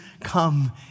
come